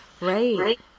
Right